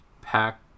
Pack